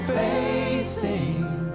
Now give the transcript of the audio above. facing